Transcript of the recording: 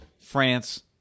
France